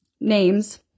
Names